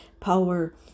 power